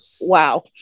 wow